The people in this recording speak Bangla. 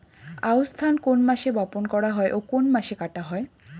আউস ধান কোন মাসে বপন করা হয় ও কোন মাসে কাটা হয়?